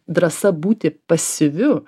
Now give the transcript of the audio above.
drąsa būti pasyviu